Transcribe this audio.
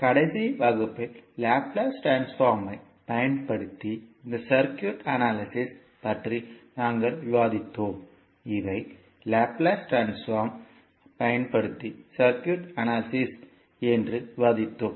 கடைசி வகுப்பில் லாப்லேஸ் ட்ரான்ஸ்போர்ம்மைப் பயன்படுத்தி இந்த சர்க்யூட் அனாலிசிஸ் பற்றி நாங்கள் விவாதித்தோம் இவை லாப்லேஸ் டிரான்ஸ்ஃபார்மிங்கைப் பயன்படுத்தி சர்க்யூட் அனாலிசிஸ் என்று விவாதித்தோம்